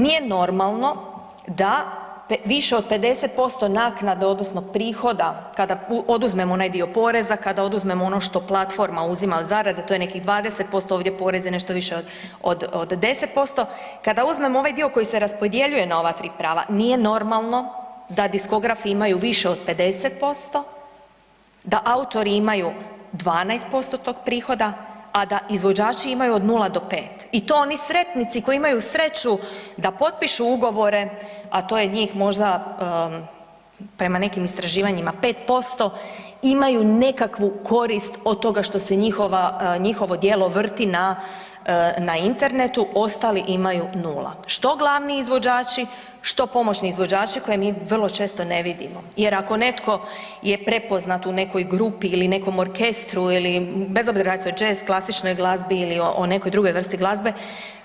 Nije normalno da više od 50% naknade odnosno prihoda kada oduzmemo onaj dio poreza, kad oduzmemo ono što platforma uzima od zarade, to je nekih 20% poreza, ovdje je poreza nešto više od 10%, kada uzmemo ovaj dio koji se raspodjeljuje na ova tri prava, nije normalno da diskografi imaju više od 50%, da autori imaju 12% tog prihoda a da izvođači imaju od 0 do 5. I to oni sretnici koji imaju sreću da potpišu ugovore a to je njih možda prema nekim istraživanjima 5%, imaju nekakvu korist od toga što se njihovo djelo vrti na internetu, ostali imaju 0, što glavni izvođači, što pomoćni izvođači koje mi vrlo često ne vidimo jer ako netko je prepoznat u nekoj grupi ili nekom orkestru ili bez obzira radi li se o jazz, klasičnoj glazbi ili o nekoj drugoj vrsti glazbe,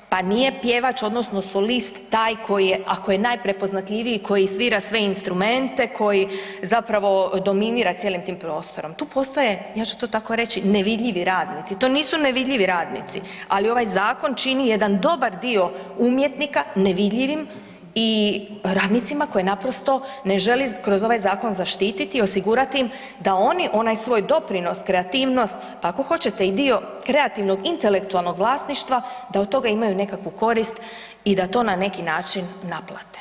pa nije pjevač odnosno solist taj koji je ako je najprepoznatljiviji, koji svira sve instrumente koji zapravo dominira cijelim tim prostorom, to postaje ja ću to tako reći, nevidljivi radnici, to nisu nevidljivi radnici, ali ovaj zakon čini jedan dobar dio umjetnika nevidljivim i radnicima koji naprosto ne želi kroz ovaj zakon zaštititi, osigurati im da oni onaj svoj doprinos, kreativnost, pa ako hoćete i dio kreativnog intelektualnog vlasništva, da od toga imaju nekakvu korist i da to na neki način naplate.